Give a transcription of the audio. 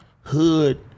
hood